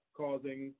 causing